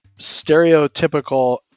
stereotypical